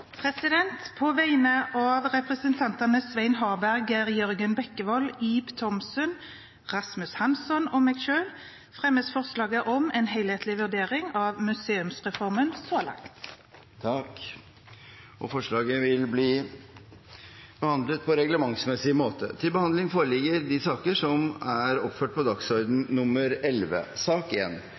representantforslag. På vegne av representantene Svein Harberg, Geir Jørgen Bekkevold, Ib Thomsen, Rasmus Hansson og meg selv fremmes et forslag om en helhetlig vurdering av museumsreformen så langt. Forslaget vil bli behandlet på reglementsmessig måte. Korleis eit samfunn tar ansvar for sårbare grupper, seier alt om samfunnet. Barn og unge som opplever omsorgssvikt, er